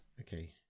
Okay